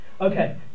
Okay